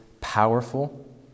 powerful